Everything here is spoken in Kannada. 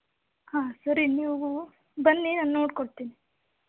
ಹಾಂ ಸರಿ ನೀವು ಬನ್ನಿ ನಾನು ನೋಡಿ ಕೊಡ್ತೀನಿ